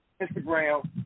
Instagram